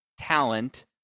talent